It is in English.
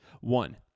One